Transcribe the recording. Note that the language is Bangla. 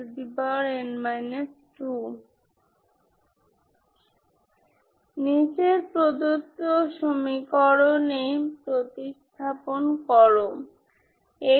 সুতরাং আপনি ইতিমধ্যে অধ্যয়ন করেছেন আপনার সীমাবদ্ধ সমাধানগুলি কখন আছে